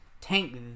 tank